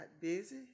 busy